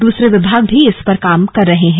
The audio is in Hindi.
दूसरे विभाग भी इस पर काम कर रहे हैं